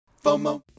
FOMO